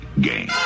game